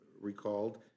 recalled